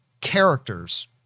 characters